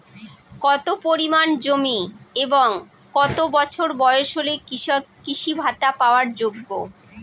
কত পরিমাণ জমি এবং কত বছর বয়স হলে কৃষক কৃষি ভাতা পাওয়ার যোগ্য?